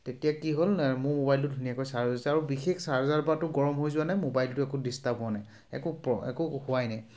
তেতিয়া কি হ'ল মোৰ মোবাইলটো ধুনীয়াকৈ চাৰ্জ হৈছে আৰু বিশেষ চাৰ্জাৰপাতো গৰম হৈ যোৱা নাই মোবাইলটো একো ডিষ্টাৰ্ব হোৱা নাই একো প্ৰ একো হোৱাই নাই